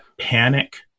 panic